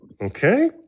Okay